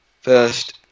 First